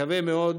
נקווה מאוד